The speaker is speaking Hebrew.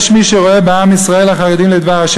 יש מי שרואה בעם ישראל החרדים לדבר ה'